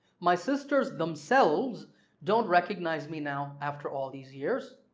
my sisters themselves don't recognize me now after all these years.